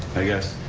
i guess,